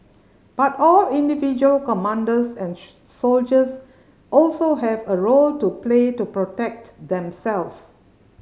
but all individual commanders and soldiers also have a role to play to protect themselves